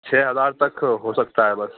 چھ ہزار تک ہو سکتا ہے بس